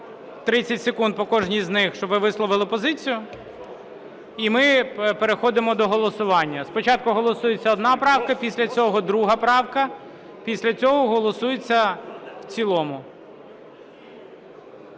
30 секунд по кожній з них, щоб ви висловили позицію, і ми переходимо до голосування. Спочатку голосується одна правка, після цього друга правка, після цього голосується в цілому.